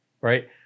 Right